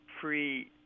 free